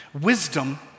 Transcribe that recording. Wisdom